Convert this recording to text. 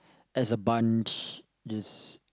as a bunch just